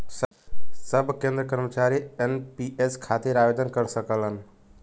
सब केंद्र कर्मचारी एन.पी.एस खातिर आवेदन कर सकलन